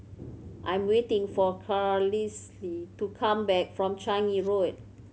I'm waiting for Carlisle to come back from Changi Road